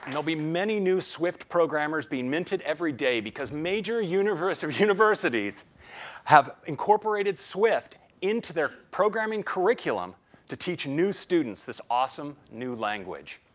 will be many new swift programmers being mentored every day because major universities universities have incorporated swift into their programming curriculum to teach new students this awesome new language.